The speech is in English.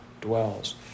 dwells